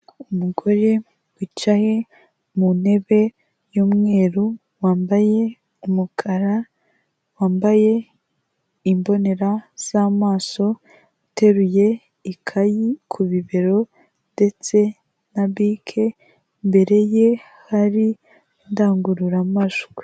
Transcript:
umugore wicaye mu ntebe y'umweru wambaye umukara, wambaye imbonera z'amaso, uteruye ikayi ku bibero ndetse na bike imbere ye hari indangururamajwi.